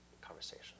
conversation